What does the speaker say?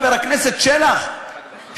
חבר הכנסת שלח,